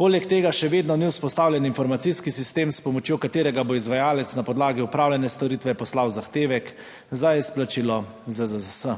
Poleg tega še vedno ni vzpostavljen informacijski sistem, s pomočjo katerega bo izvajalec na podlagi opravljene storitve poslal zahtevek za izplačilo ZZZS.